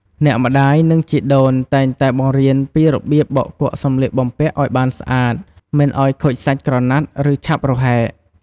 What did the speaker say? អ្នកម្ដាយ និងជីដូនតែងតែបង្រៀនពីរបៀបបោកគក់សម្លៀកបំពាក់ឲ្យបានស្អាត មិនឲ្យខូចសាច់ក្រណាត់ ឬឆាប់រហែក។